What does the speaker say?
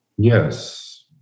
Yes